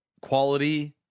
quality